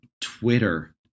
Twitter